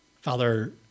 Father